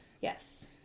yes